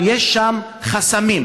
אבל יש שם חסמים.